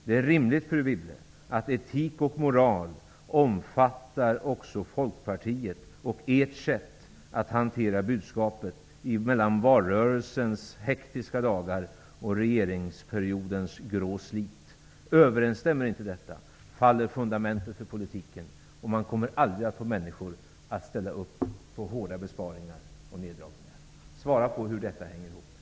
Det är rimligt, fru Wibble, att etik och moral omfattar även Folkpartiet och ert sätt att hantera budskapet från valrörelsens hektiska dagar i regeringsperiodens grå slit. Om detta inte överensstämmer faller fundamentet för politiken. Man kommer aldrig att få människor att ställa upp på hårda besparingar och nerdragningar. Svara på hur detta hänger ihop!